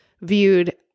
viewed